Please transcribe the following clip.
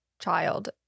child